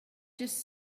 just